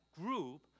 group